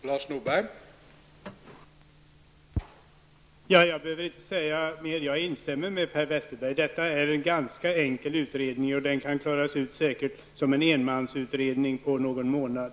Herr talman! Egentligen har jag ingenting att tillägga. Jag instämmer i vad Per Westerberg sade. Det handlar om en ganska enkel utredning, som säkert kan göras som en enmansutredning på någon månad.